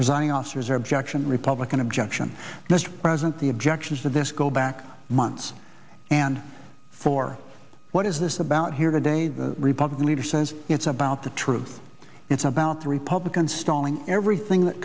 presiding officers objection republican objection that's present the objections of this go back months and for what is this about here today the republican leader says it's about the truth it's about the republicans stalling everything that